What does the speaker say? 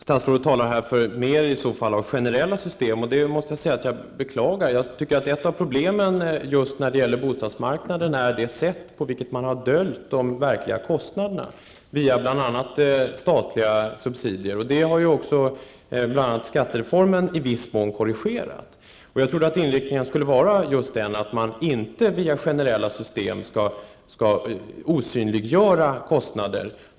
Herr talman! Statsrådet talar här för mer av generella system. Det beklagar jag. Ett av problemen när det gäller bostadsmarknaden är det sätt på vilket man har dolt de verkliga kostnaderna via bl.a. statliga subsidier. Det har skattereformen nu i viss mån korrigerat. Jag trodde att inriktningen skulle vara att man inte via generella system skall osynliggöra kostnader.